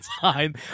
time